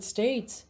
States